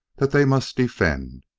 that they must defend!